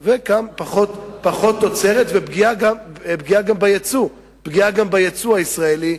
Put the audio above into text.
גם פחות תוצרת וגם פגיעה ביצוא הישראלי.